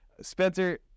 spencer